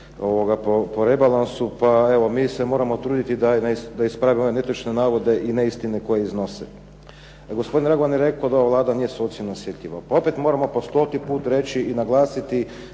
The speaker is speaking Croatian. po rebalansu, pa evo mi se moramo truditi da ispravimo ove netočne navode i neistine koje iznose. Gospodin Dragovan je rekao da ova Vlada nije socijalno osjetljiva. Pa opet moramo po stoti puta reći da